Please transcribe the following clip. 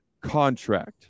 contract